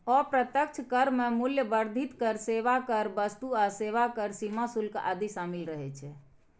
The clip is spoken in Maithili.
अप्रत्यक्ष कर मे मूल्य वर्धित कर, सेवा कर, वस्तु आ सेवा कर, सीमा शुल्क आदि शामिल रहै छै